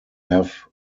have